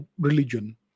religion